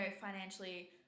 financially